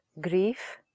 grief